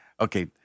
Okay